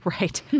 Right